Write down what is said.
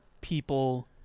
people